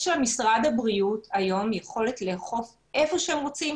יש למשרד בריאות היום יכולת לאכוף איפה שהם רוצים,